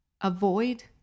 avoid